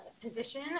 position